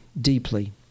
deeply